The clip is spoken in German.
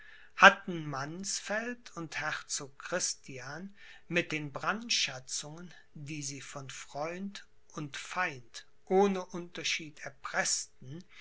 hatten mannsfeld und herzog christian mit den brandschatzungen die sie von freund und feind ohne unterschied erpreßten